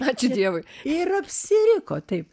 ačiū dievui ir apsiriko taip